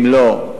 אם לא,